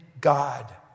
God